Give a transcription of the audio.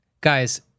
Guys